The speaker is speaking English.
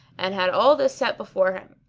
and had all this set before him.